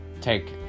take